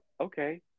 Okay